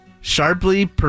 Sharply